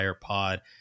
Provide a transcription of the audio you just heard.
Pod